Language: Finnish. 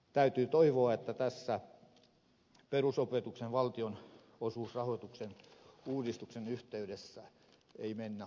täytyy toivoa että tässä perusopetuksen valtionosuusrahoituksen uudistuksen yhteydessä ei mennä ojasta allikkoon